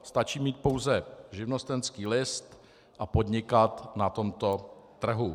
Stačí mít pouze živnostenský list a podnikat na tomto trhu.